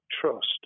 trust